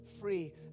free